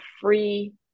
free